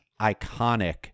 iconic